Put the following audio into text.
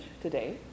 today